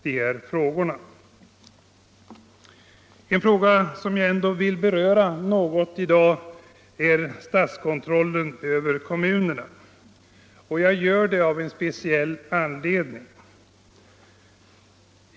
En fråga som jag ändå vill beröra något i dag gäller statskontrollen över kommunerna. Jag tar upp den av en speciell anledning.